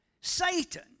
Satan